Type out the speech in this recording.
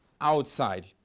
outside